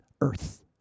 earth